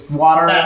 water